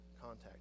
contact